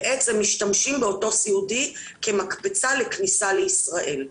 בעצם משתמשים באותו הסיעודי כמקפצה לכניסה לישראל.